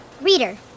reader